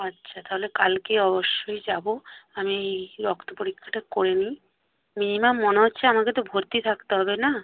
আচ্ছা তাহলে কালকে অবশ্যই যাব আমি রক্ত পরীক্ষাটা করে নিই মিনিমাম মনে হচ্ছে আমাকে তো ভর্তি থাকতে হবে না